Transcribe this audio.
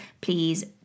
please